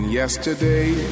yesterday